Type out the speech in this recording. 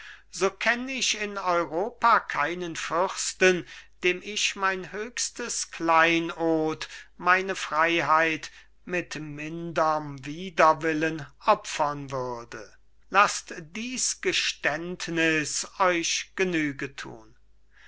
so kenn ich in europa keinen fürsten dem ich mein höchstes kleinod meine freiheit mit minderm widerwillen opfern würde laßt dies geständnis euch genüge tun